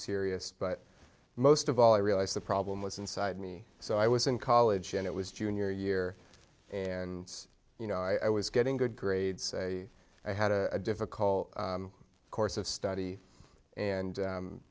serious but most of all i realized the problem was inside me so i was in college and it was junior year and you know i was getting good grades a i had a difficult course of study and